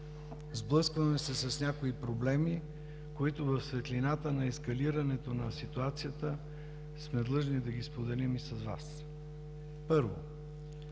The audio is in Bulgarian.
Сблъскваме се с някои проблеми, които в светлината на ескалирането на ситуацията сме длъжни да ги споделим и с Вас. Първо,